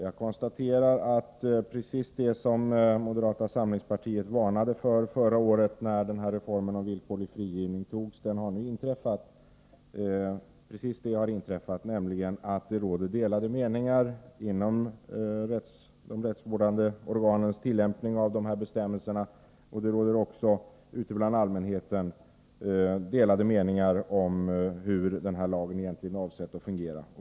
Jag konstaterar att precis det som moderata samlingspartiet varnade för förra året, när reformen om villkorlig frigivning antogs, nu har inträffat: det råder delade meningar beträffande de rättsvårdande organens tillämpning av dessa bestämmelser, och det råder också bland allmänheten delade meningar om hur lagen egentligen är avsedd att fungera.